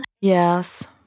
Yes